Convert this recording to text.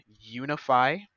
unify